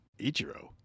Ichiro